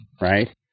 right